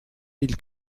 mille